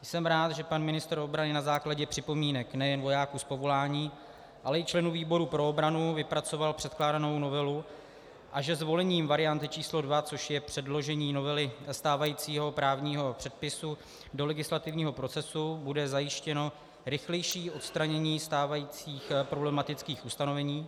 Jsem rád, že pan ministr obrany na základě připomínek nejen vojáků z povolání, ale i členů výboru pro obranu vypracoval předkládanou novelu a že zvolením varianty č. 2, což je předložení novely stávajícího právního předpisu do legislativního procesu, bude zajištěno rychlejší odstranění stávajících problematických ustanovení.